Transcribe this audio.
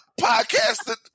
Podcast